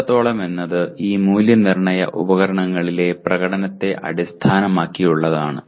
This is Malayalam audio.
എത്രത്തോളം എന്നത് ഈ മൂല്യനിർണ്ണയ ഉപകരണങ്ങളിലെ പ്രകടനത്തെ അടിസ്ഥാനമാക്കിയുള്ളതാണ്